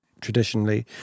traditionally